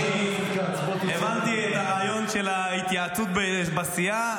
הבנתי את הרעיון של ההתייעצות בסיעה,